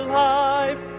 life